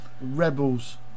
Rebels